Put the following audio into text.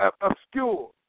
obscure